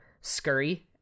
scurry